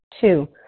Two